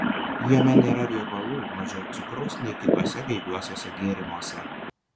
jame nėra riebalų mažiau cukraus nei kituose gaiviuosiuose gėrimuose